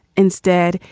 instead,